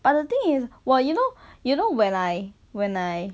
but the thing is wa~ you know you know when I when I